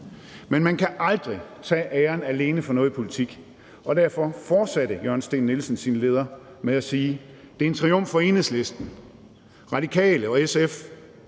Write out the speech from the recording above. Men man kan aldrig tage æren alene for noget i politik, og derfor fortsatte Jørgen Steen Nielsen sin leder med at sige: »Det er en triumf for Enhedslisten, Radikale og SF,